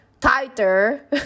tighter